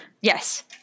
Yes